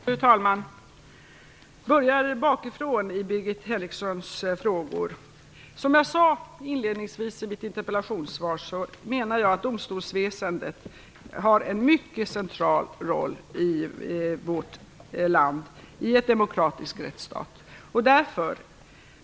Fru talman! Jag börjar bakifrån när det gäller Som jag sade inledningsvis i mitt interpellationssvar menar jag att domstolsväsendet har en mycket central roll i vårt land - i en demokratisk rättsstat.